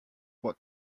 what